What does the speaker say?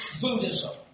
Buddhism